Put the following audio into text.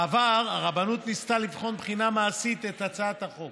בעבר הרבנות ניסתה לבחון בחינה מעשית את הצעת החוק